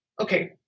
okay